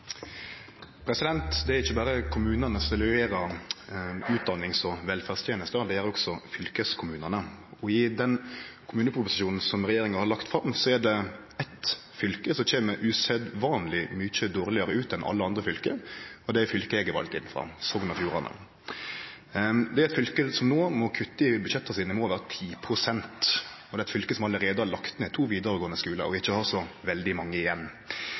ikkje berre kommunane som leverer utdanings- og velferdstenester, det er også fylkeskommunane. I kommuneproposisjonen som regjeringa har lagt fram, er det eitt fylke som kjem usedvanleg mykje dårlegare ut enn alle andre fylke. Det er fylket eg er vald inn frå, Sogn og Fjordane. Det er eit fylke som no må kutte i budsjetta sine med over 10 pst. Det er eit fylke som allereie har lagt ned to vidaregåande skular, og som ikkje har så veldig mange igjen.